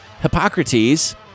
Hippocrates